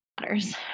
matters